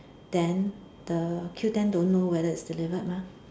then the Q-ten don't know whether it's delivered mah